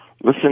Listen